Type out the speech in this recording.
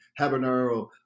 habanero